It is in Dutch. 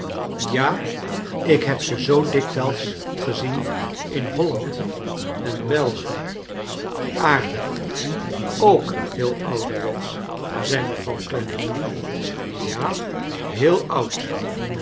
ja ik heb ze zoo dikwijls gezien in holland en belgie aardig ook heel ouderwetsch zei mevrouw clennam ja heel oud